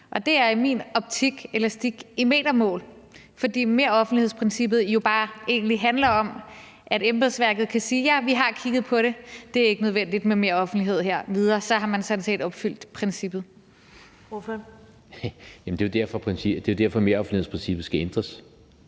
og det er i min optik elastik i metermål, fordi meroffentlighedsprincippet jo bare egentlig handler om, at embedsværket kan sige: Ja, vi har kigget på det, det er ikke nødvendigt med mere offentlighed her – videre. Så har man sådan set opfyldt princippet. Kl. 16:07 Første næstformand (Karen